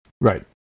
Right